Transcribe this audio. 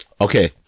Okay